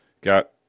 Got